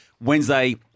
Wednesday